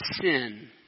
sin